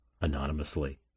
anonymously